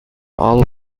all